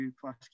plus